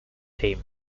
team